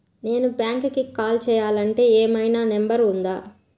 నేను బ్యాంక్కి కాల్ చేయాలంటే ఏమయినా నంబర్ ఉందా?